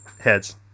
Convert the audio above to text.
heads